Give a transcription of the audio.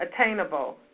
attainable